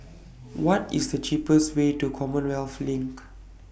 What IS The cheapest Way to Commonwealth LINK